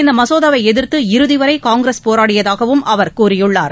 இந்த மசோதாவை எதிர்த்து இறுதிவரை காங்கிரஸ் போராடியதாகவும் அவர் கூறியுள்ளார்